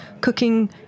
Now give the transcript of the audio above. cooking